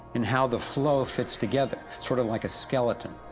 in how the flow fits together, sort of like a skeleton.